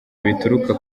bituruka